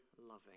loving